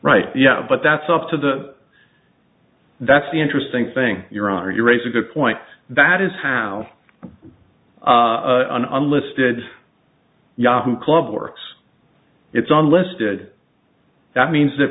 right yeah but that's up to the that's the interesting thing your honor you raise a good point that is how an unlisted yahoo clubs works it's on listed that means that